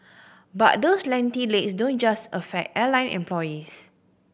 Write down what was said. but those lengthy legs don't just affect airline employees